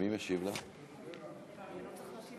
אני קובע כי הצעת החוק אושרה,